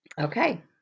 okay